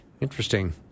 Interesting